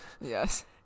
Yes